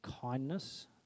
kindness